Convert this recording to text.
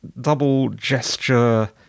double-gesture